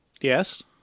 Yes